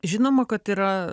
žinoma kad yra